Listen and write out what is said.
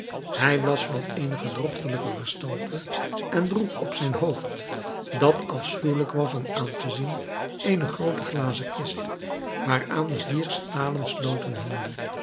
hij was van eene gedrochtelijke gestalte en droeg op zijn hoofd dat afschuwelijk was om aan te zien eene groote glazen kist waaraan vier stalen